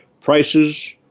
prices